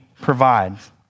provides